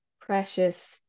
precious